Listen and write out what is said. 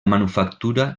manufactura